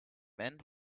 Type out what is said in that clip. man